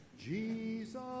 Jesus